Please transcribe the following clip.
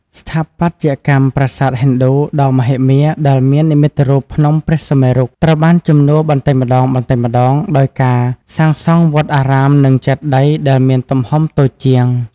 ស្ថាបត្យកម្មប្រាសាទហិណ្ឌូដ៏មហិមាដែលមាននិមិត្តរូបភ្នំព្រះសុមេរុ ត្រូវបានជំនួសបន្តិចម្តងៗដោយការសាងសង់វត្តអារាមនិងចេតិយដែលមានទំហំតូចជាង